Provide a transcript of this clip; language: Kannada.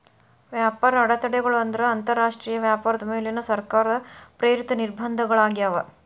ವ್ಯಾಪಾರ ಅಡೆತಡೆಗಳು ಅಂದ್ರ ಅಂತರಾಷ್ಟ್ರೇಯ ವ್ಯಾಪಾರದ ಮೇಲಿನ ಸರ್ಕಾರ ಪ್ರೇರಿತ ನಿರ್ಬಂಧಗಳಾಗ್ಯಾವ